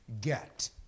get